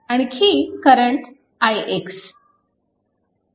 आणखी current ix